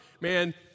Man